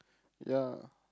ya